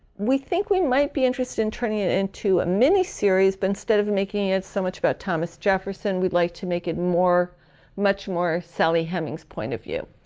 we think we might be interested in turning it into a miniseries but instead of making it so much about thomas jefferson we'd like to make it much more sally hemings point of view.